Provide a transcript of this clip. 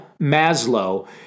Maslow